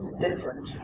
different.